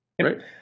Right